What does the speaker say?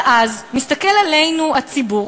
אבל אז מסתכל עלינו הציבור,